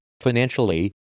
financially